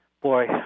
boy